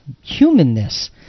humanness